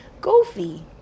Goofy